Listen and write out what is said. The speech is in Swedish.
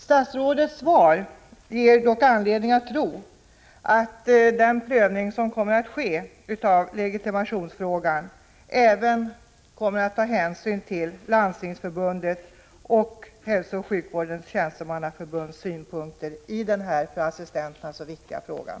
Statsrådets svar ger dock anledning att tro att den prövning som kommer att ske av legitimationsfrågan även kommer att ta hänsyn till Landstingsförbundets och Hälsooch sjukvårdstjänstemannaförbundets synpunkter i den här för assistenterna så viktiga frågan.